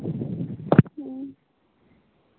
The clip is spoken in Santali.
ᱦᱮᱸ